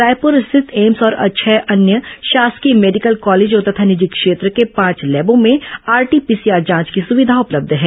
रायपुर स्थित एम्स और छह अन्य शासकीय मेडिकल कॉलेजों तथा निजी क्षेत्र के पांच लैबों में आरटी पीसीआर जांच की सुविधा उपलब्ध है